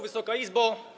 Wysoka Izbo!